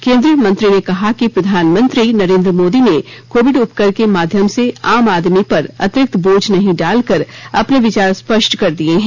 केन्द्रीय मंत्री ने कहा कि प्रधानमंत्री नरेंद्र मोदी ने कोविड उपकर के माध्यम से आम आदमी पर अतिरिक्त बोझ नहीं डालकर अपने विचार स्पष्ट कर दिये हैं